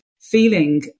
feeling